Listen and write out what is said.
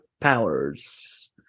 powers